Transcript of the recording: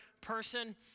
person